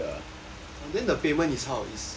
and then the payment is how is